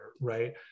right